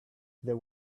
there